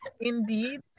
indeed